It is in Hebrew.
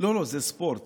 לא, זה ספורט.